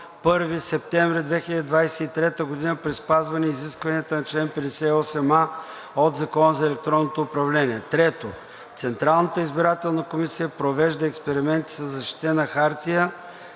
1 септември 2023 г. при спазване изискванията на чл. 58а от Закона за електронното управление; 3. Централната избирателна комисия провежда експерименти със защитена хартия